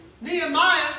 Nehemiah